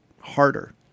harder